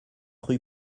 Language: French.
rue